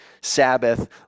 Sabbath